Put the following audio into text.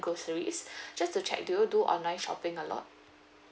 groceries just to check do you do online shopping a lot